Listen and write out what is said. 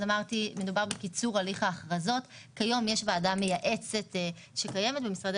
מדובר בקיצור הליך ההכרזות כיום יש ועדה מייעצת שקיימת במשרדי